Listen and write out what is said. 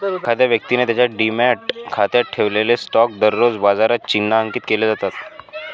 एखाद्या व्यक्तीने त्याच्या डिमॅट खात्यात ठेवलेले स्टॉक दररोज बाजारात चिन्हांकित केले जातात